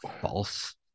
false